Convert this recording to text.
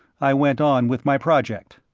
i went on with my project.